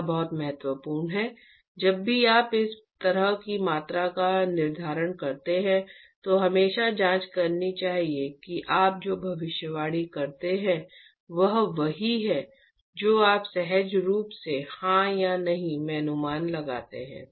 यह बहुत महत्वपूर्ण है जब भी आप इस तरह की मात्रा का निर्धारण करते हैं तो हमेशा जांच करनी चाहिए कि आप जो भविष्यवाणी करते हैं वह वही है जो आप सहज रूप से हां या नहीं में अनुमान लगाते हैं